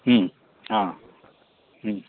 ಹ್ಞೂ ಹಾಂ ಹ್ಞೂ